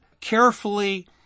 carefully